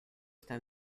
está